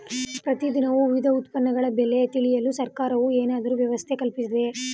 ಪ್ರತಿ ದಿನ ವಿವಿಧ ಉತ್ಪನ್ನಗಳ ಬೆಲೆ ತಿಳಿಯಲು ಸರ್ಕಾರವು ಏನಾದರೂ ವ್ಯವಸ್ಥೆ ಕಲ್ಪಿಸಿದೆಯೇ?